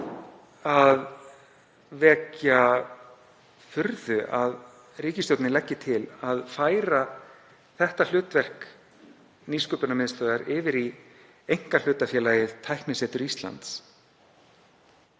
að vekja furðu að ríkisstjórnin leggi til að færa það hlutverk Nýsköpunarmiðstöðvar yfir í einkahlutafélagið Tæknisetur Íslands.